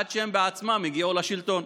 עד שהם עצמם הגיעו לשלטון.